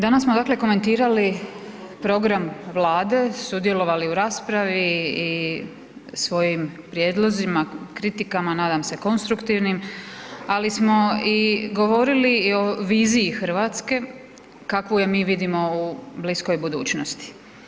Danas smo dakle komentirali program Vlade, sudjelovali u raspravi i svojom prijedlozima, kritikama nadam se konstruktivnim, ali smo i govorili i o viziji Hrvatske kakvu je mi vidimo u bliskoj budućnosti.